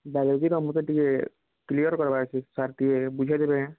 ବାୟୋଲୋଜିର ମତେ ଟିକେ କ୍ଲିୟର୍ କର୍ବାର ଅଛେ ସାର୍ ଟିକେ ବୁଝେଇ ଦେବେ କାଏଁ